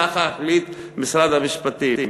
ככה החליט משרד המשפטים.